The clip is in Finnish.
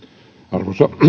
arvoisa